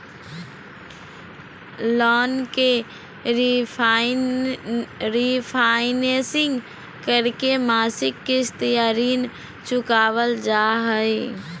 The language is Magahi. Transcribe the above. लोन के रिफाइनेंसिंग करके मासिक किस्त या ऋण चुकावल जा हय